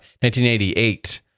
1988